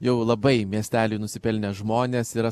jau labai miesteliui nusipelnę žmonės yra